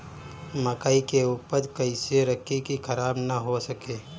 मकई के उपज कइसे रखी की खराब न हो सके?